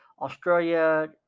Australia